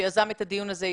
שיזם את הדיון הזה,